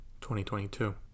2022